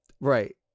Right